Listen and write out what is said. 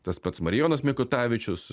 tas pats marijonas mikutavičius